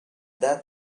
that